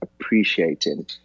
appreciating